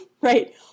right